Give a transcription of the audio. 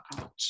out